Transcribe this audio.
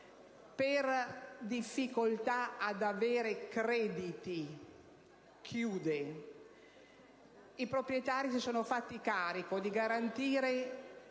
per difficoltà ad avere crediti. I proprietari si sono fatto carico di garantire